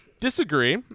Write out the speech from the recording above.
disagree